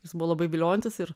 jis buvo labai viliojantis ir